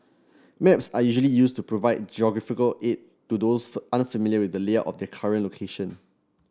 maps are usually used to provide geographical aid to those unfamiliar with the layout of their current location